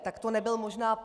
Tak to nebyl možná...